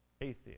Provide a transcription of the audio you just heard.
atheist